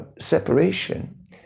separation